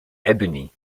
ebony